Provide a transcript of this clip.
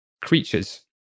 creatures